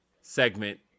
segment